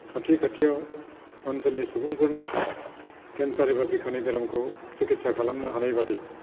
खाथि खाथियाव ओनसोलनि सुबुंफोरनो केन्सार एबा बिखानि बेरामखौ सिकित्सा खालामनो हानाय बायदि